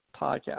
podcast